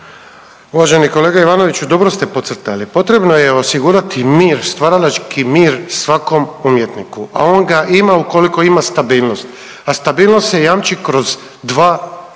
Uvažen kolega Ivanoviću dobro ste podcrtali. Potrebno je osigurati mir, stvaralački mir svakom umjetniku, a on ga ima ukoliko ima stabilnost, a stabilnost se jamči kroz dva važna